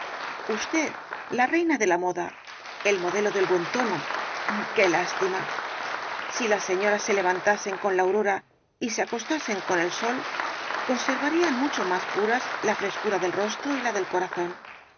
usted la reina de la moda el modelo del buen tono qué lástima si las señoras se levantasen con